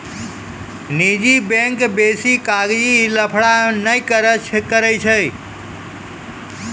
निजी बैंक बेसी कागजी लफड़ा नै करै छै